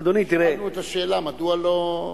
שאלנו את השאלה מדוע לא,